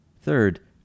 Third